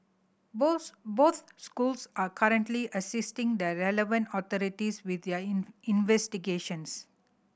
both both schools are currently assisting the relevant authorities with their investigations